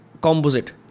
composite